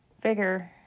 figure